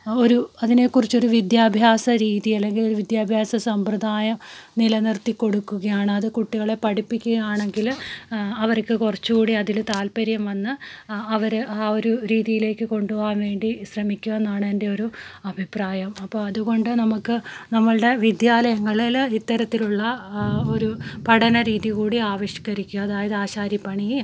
ഒരു അതിനെക്കുറിച്ചൊരു വിദ്യാഭ്യാസരീതി അല്ലെങ്കിൽ ഒരു വിദ്യാഭ്യാസ സമ്പ്രദായം നിലനിർത്തി കൊടുക്കുകയാണ് അത് കുട്ടികളെ പഠിപ്പിക്കുകയാണെങ്കിൽ അവർക്ക് കുറച്ചുകൂടി അതിൽ താല്പര്യം വന്ന് അവർ ആ ഒരു രീതിയിലേക്ക് കൊണ്ടുപോകാൻവേണ്ടി ശ്രമിക്കും എന്നാണ് എൻ്റെയൊരു അഭിപ്രായം അപ്പോൾ അതുകൊണ്ട് നമുക്ക് നമ്മളുടെ വിദ്യാലയങ്ങളിൽ ഇത്തരത്തിലുള്ള ഒരു പഠനരീതികൂടി ആവിഷ്കരിക്കുക അതായത് ആശാരിപ്പണി